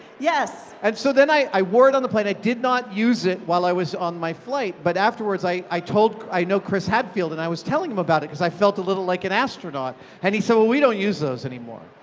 yes. and so then i wore it on the plane. i did not use it while i was on my flight, but afterwards i i told, i know chris hadfield, and i was telling him about it, because i felt a little like an astronaut. and he said well, we don't use those anymore.